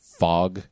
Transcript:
fog